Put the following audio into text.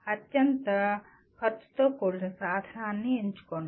అత్యంత ఖర్చుతో కూడిన సాధనాన్ని ఎంచుకోండి